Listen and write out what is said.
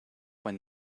when